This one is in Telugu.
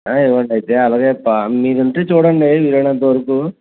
ఇవ్వండి అయితే అలాగే మీది ఉంటే చూడండి వీలైనంతవరకు